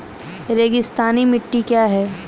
रेगिस्तानी मिट्टी क्या है?